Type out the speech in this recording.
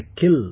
kill